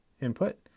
input